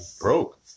broke